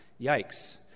Yikes